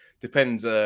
Depends